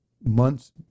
months